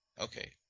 Okay